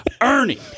Ernie